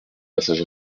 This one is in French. passage